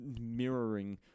mirroring